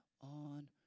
on